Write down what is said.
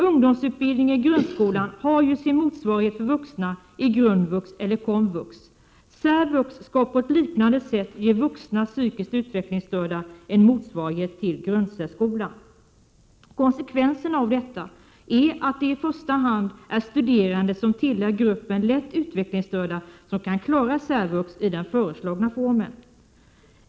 Ungdomsutbildningen i grundskolan har ju sin motsvarighet för vuxna i grundvux eller komvux. Särvux skall på ett liknande sätt ge vuxna psykiskt utvecklingsstörda en motsvarighet till grundsärskolan. Konsekvensen av detta är att det i första hand är studerande som tillhör gruppen lätt utvecklingsstörda som kan klara särvux i den föreslagna formen.